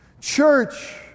Church